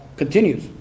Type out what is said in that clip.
Continues